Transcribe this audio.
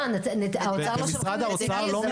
לא, האוצר לא שולחים נציגים.